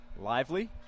Lively